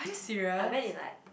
I went in like